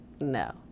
No